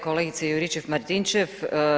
Kolegice Juričev-Martinčev.